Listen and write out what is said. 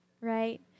right